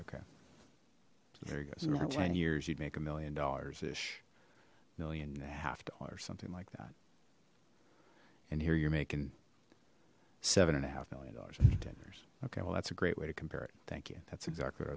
okay ten years you'd make a million dollars this million and a half dollars something like that and here you're making seven and a half million dollars okay well that's a great way to compare it thank you that's exactly what i